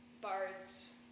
Bard's